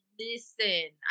listen